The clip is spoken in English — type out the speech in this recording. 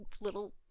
little